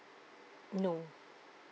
no